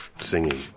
singing